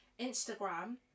instagram